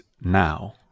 now